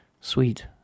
sweet